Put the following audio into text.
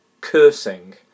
cursing